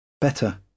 better